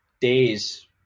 days